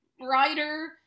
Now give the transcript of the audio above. writer